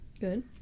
Good